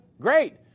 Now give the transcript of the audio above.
great